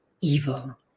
evil